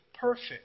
perfect